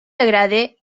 agrade